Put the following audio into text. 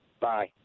Bye